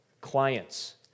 clients